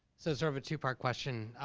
so sort of a two-part question.